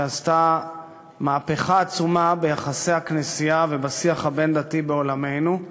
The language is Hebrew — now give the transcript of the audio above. שעשתה מהפכה עצומה ביחסי הכנסייה ובשיח הבין-דתי בעולמנו.